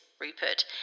Rupert